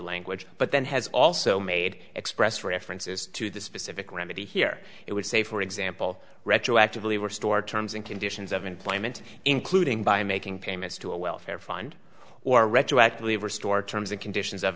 language but then has also made express references to the specific remedy here it would say for example retroactively were stored terms and conditions of employment including by making payments to a welfare fund or retroactively restore terms and conditions of